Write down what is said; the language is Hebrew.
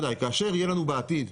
כאשר יהיה לנו בעתיד,